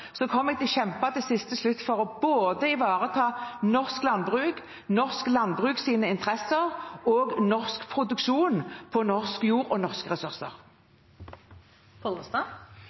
kommer jeg til å kjempe til siste slutt for å ivareta både norsk landbruk, norsk landbruks interesser og norsk produksjon på norsk jord og norske ressurser. Geir Pollestad